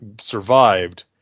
survived